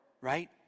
right